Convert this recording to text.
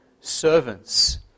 servants